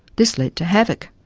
this led to havoc.